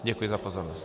Děkuji za pozornost.